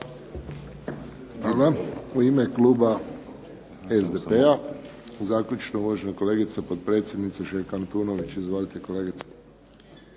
Hvala. U ime kluba SDP-a, zaključno uvažena kolegica potpredsjednica Željka Antunović. Izvolite kolegice.